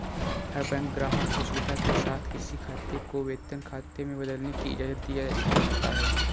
हर bank ग्राहक को सुविधा के साथ किसी खाते को वेतन खाते में बदलने की इजाजत दिया करता है